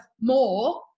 more